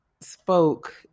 spoke